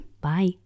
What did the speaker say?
Bye